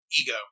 ego